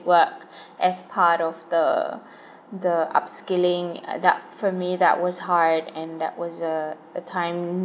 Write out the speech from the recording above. work as part of the the up skilling that for me that was hard and that was a a time